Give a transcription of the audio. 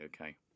okay